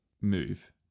move